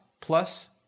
plus